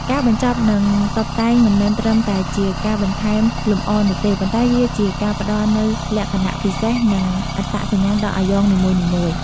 ការបញ្ចប់និងតុបតែងមិនមែនត្រឹមតែជាការបន្ថែមលម្អនោះទេ ប៉ុន្តែវាជាការផ្តល់នូវលក្ខណៈពិសេសនិងអត្តសញ្ញាណដល់អាយ៉ងនីមួយៗ។